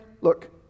look